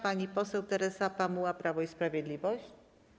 Pani poseł Teresa Pamuła, Prawo i Sprawiedliwość.